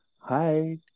hi